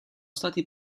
stati